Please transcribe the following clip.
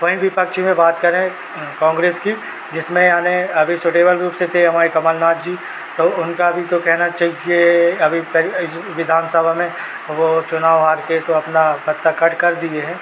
वहीं विपक्षी में बात करें कांग्रेस की जिसमें आने अभी छोटे बन्धु से से हमारे कमलनाथ जी तो उनका भी तो कहना चाहिए कि अभी पहले अभी विधानसभा में वह चुनाव हार कर तो अपना पत्ता कट कर दिए हैं